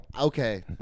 Okay